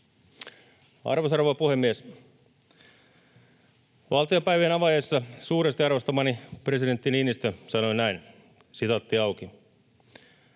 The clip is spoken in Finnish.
Arvoisa rouva puhemies! Valtiopäivien avajaisissa suuresti arvostamani presidentti Niinistö sanoi näin: ”En usko,